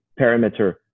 parameter